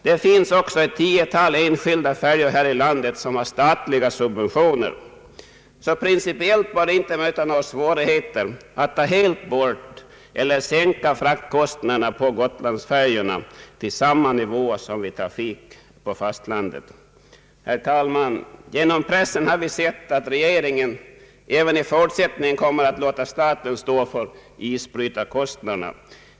Det finns också ett tiotal enskilda färjor här i landet som har statliga subventioner, så principiellt bör det inte möta några svårigheter att ta helt bort eller minska Herr talman! Genom pressen har vi sett att regeringen även i fortsättningen kommer att låta staten stå för isbrytarkostnaderna.